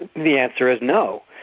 the answer is no.